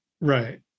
Right